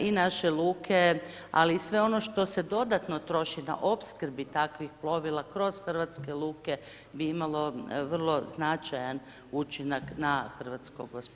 I naše luke, ali i sve ono što se dodatno troši na opskrbi takvih plovila kroz hrvatske luke bi imalo vrlo značajan učinak na hrvatsko gospodarstvo.